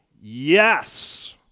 yes